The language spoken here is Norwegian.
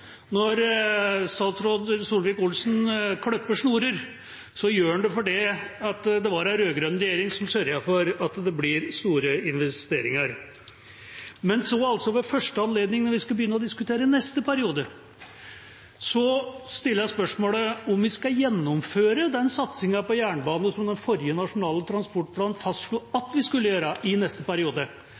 Når statsråd Solvik-Olsen klipper snorer, gjør han det fordi det var en rød-grønn regjering som sørget for at det blir store investeringer. Ved første anledning når man skal begynne å diskutere neste periode, stiller jeg spørsmålet om man skal gjennomføre den satsingen på jernbane som den forrige nasjonale transportplanen fastslo at vi skulle gjøre i neste periode,